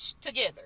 together